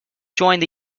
joined